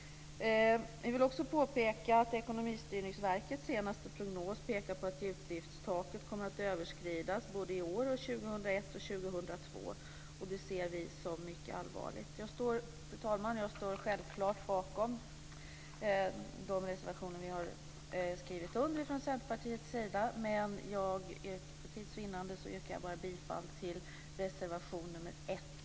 Vi vill också påpeka att Ekonomistyrningsverkets senaste prognos pekar på att utgiftstaket kommer att överskridas såväl i år som 2001 och 2002. Det ser vi som mycket allvarligt. Fru talman! Jag står självklart bakom de reservationer vi har skrivit under från Centerpartiets sida, men för tids vinnande yrkar jag bifall bara till reservation 1.